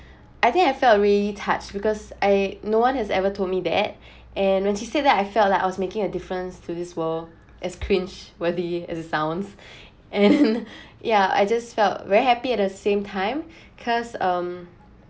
I think I felt really touched because I no one has ever told me that and when she said that I felt like I was making a difference to this world as cringe worthy as this sounds and yeah I just felt very happy at the same time cause um